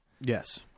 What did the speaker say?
Yes